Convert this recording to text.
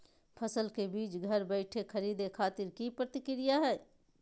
फसल के बीज घर बैठे खरीदे खातिर की प्रक्रिया हय?